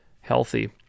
healthy